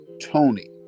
Tony